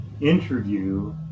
interview